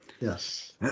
Yes